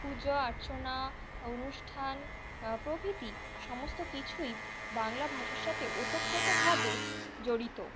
পূজা অর্চনা অনুষ্ঠান প্রভৃতি সমস্ত কিছুই বাংলা ভাষার সাথে ওতপ্রোতভাবে জড়িত